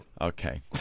Okay